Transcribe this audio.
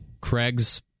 Craig's